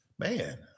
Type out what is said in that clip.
Man